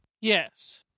Yes